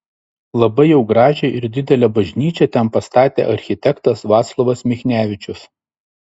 labai jau gražią ir didelę bažnyčią ten pastatė architektas vaclovas michnevičius